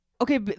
Okay